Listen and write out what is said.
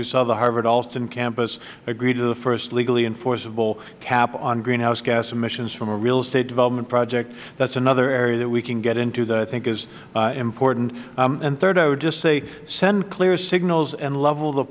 we saw the harvard allston campus agree to the first legally enforceable cap on greenhouse gas emissions from a real estate development project that is another area that we can get into that i think is important and third i would just say send clear signals and level the